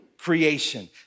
Creation